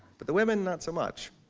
but the women, not so much.